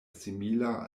simila